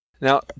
Now